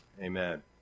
Amen